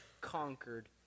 conquered